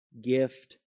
gift